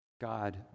God